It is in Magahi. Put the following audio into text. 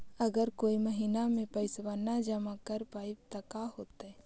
अगर कोई महिना मे पैसबा न जमा कर पईबै त का होतै?